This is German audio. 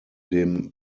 dem